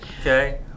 Okay